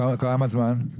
תוך כמה זמן?